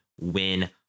win